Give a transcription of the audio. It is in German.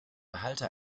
behalte